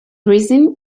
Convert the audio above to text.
reason